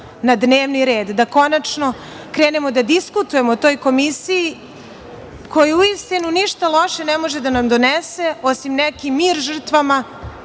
na dnevni red, da konačno krenemo da diskutujemo o toj komisiji koja, uistinu, ništa loše ne može da nam donese osim neki mir žrtvama